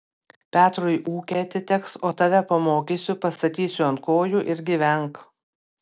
petrui ūkė atiteks o tave pamokysiu pastatysiu ant kojų ir gyvenk